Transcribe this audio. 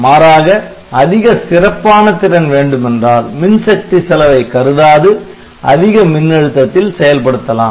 மாறாக அதிக சிறப்பான திறன் வேண்டுமென்றால் மின்சக்தி செலவை கருதாது அதிக மின் அழுத்தத்தில் செயல்படுத்தலாம்